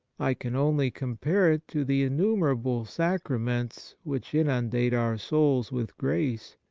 i can only compare it to the innumerable sacraments which inundate our souls with grace,